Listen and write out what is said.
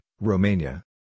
Romania